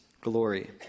glory